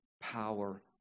power